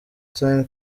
time